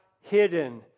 hidden